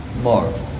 marvel